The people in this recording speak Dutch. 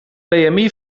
bmi